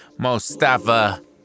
Mostafa